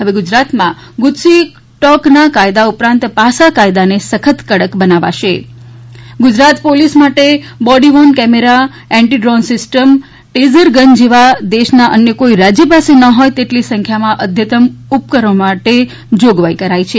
હવે ગુજરાતમાં ગુજસીટોકના કાયદા ઉપરાંત પાસા કાયદાને સખ્ત કડક બનાવાશે ગુજરાત પોલીસ માટે body worn camera anti drone system taser gun જેવા દેશના અન્ય કોઇ રાજ્ય પાસે ન હોય તેટલી સંખ્યામાં અધ્યતન ઉપકરણો માટે જોગવાઇ કરાઇ છે